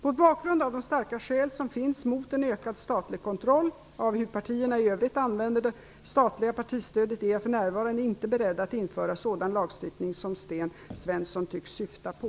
Mot bakgrund av de starka skäl som finns mot en ökad statlig kontroll av hur partierna i övrigt använder det statliga partistödet är jag för närvarande inte beredd att införa sådan lagstiftning som Sten Svensson tycks syfta på.